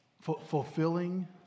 fulfilling